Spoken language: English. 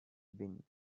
been